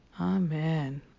Amen